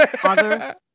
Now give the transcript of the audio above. Father